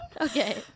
Okay